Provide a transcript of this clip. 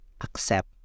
accept